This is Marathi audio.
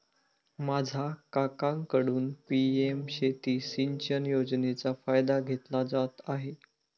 माझा काकांकडून पी.एम शेती सिंचन योजनेचा फायदा घेतला जात आहे